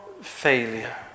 failure